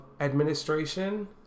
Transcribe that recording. administration